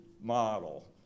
model